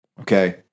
Okay